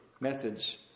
methods